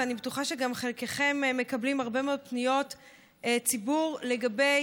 ואני בטוחה שגם חלקכם מקבלים הרבה מאוד פניות ציבור לגבי